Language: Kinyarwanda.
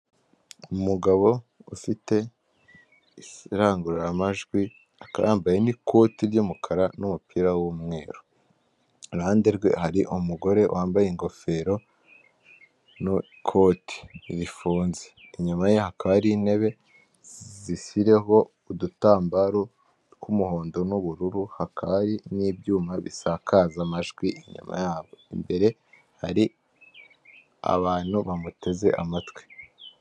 Umugabo ufite indangururamajwi, akaba yambaye n'ikoti ry'umukara n'umupira w'umweru. Iruhande rwe hari umugore wambaye ingofero n'ikoti rifunze. Inyuma ye hakaba hari intebe, ziriho udutambaro tw'umuhondo n'ubururu, hakaba hari n'ibyuma bisakaza amajwi inyuma yabo. Imbere hari abantu bamuteze amatwi.